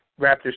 Raptors